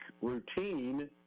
routine